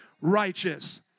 righteous